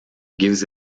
gives